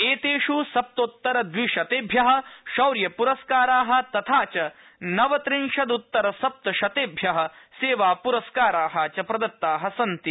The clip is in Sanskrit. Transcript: एतेष् सप्तोतर द्विशतेभ्य शौर्यपुरस्कारा तथा च नवत्रिंशद्त्तर सप्तशतेभ्य सेवा पुरस्कारा च प्रदत्ता सन्ति